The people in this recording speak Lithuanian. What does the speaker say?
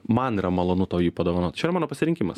man yra malonu tau jį padovanot čia yra mano pasirinkimas